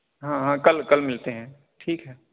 ہاں ہاں کل کل ملتے ہیں ٹھیک ہے